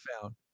found